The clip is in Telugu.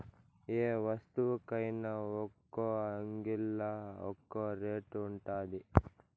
యే వస్తువుకైన ఒక్కో అంగిల్లా ఒక్కో రేటు ఉండాది